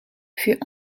fut